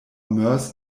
moers